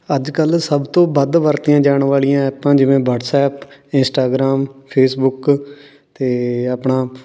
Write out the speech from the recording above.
ਅੱਜ ਕੱਲ੍ਹ ਸਭ ਤੋਂ ਵੱਧ ਵਰਤੀਆਂ ਜਾਣ ਵਾਲੀਆਂ ਐਪਾਂ ਜਿਵੇਂ ਵੱਟਸਐਪ ਇੰਸਟਾਗ੍ਰਾਮ ਫੇਸਬੁੱਕ ਅਤੇ ਆਪਣਾ